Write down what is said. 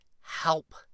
help